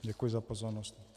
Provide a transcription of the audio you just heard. Děkuji za pozornost.